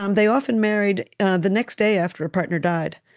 um they often married the next day after a partner died,